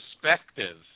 perspective